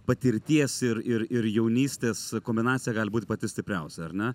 patirties ir ir ir jaunystės kombinacija gali būti pati stipriausia ar ne